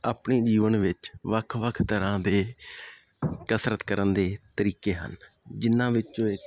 ਆਪਣੇ ਜੀਵਨ ਵਿੱਚ ਵੱਖ ਵੱਖ ਤਰ੍ਹਾਂ ਦੇ ਕਸਰਤ ਕਰਨ ਦੇ ਤਰੀਕੇ ਹਨ ਜਿਹਨਾਂ ਵਿੱਚੋਂ ਇੱਕ